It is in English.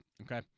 Okay